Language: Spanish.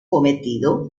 cometido